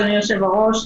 אדוני יושב-הראש,